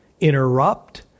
interrupt